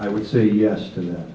i would say yes to that